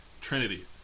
Trinity